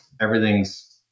everything's